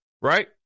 right